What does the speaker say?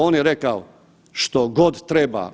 On je rekao, što god treba.